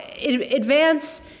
advance